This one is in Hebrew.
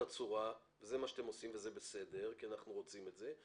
הצורה וזה מה שאתם עושים וזה בסדר כי אנחנו רוצים את זה,